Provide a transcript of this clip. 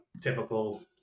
typical